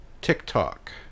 TikTok